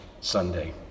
Sunday